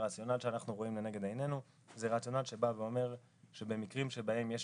הרציונל שאנחנו רואים לנגד עינינו זה רציונל שבא ואומר שבמקרים שבהם יש